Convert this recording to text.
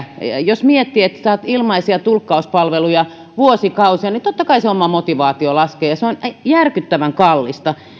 jos miettii että saat ilmaisia tulkkauspalveluja vuosikausia niin totta kai se oma motivaatio laskee ja se on järkyttävän kallista